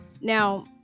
Now